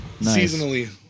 seasonally